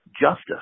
justice